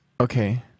Okay